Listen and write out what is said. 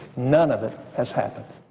none of it has happened.